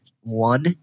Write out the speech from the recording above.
one